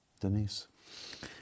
Denise